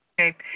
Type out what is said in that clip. Okay